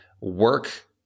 work